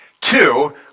two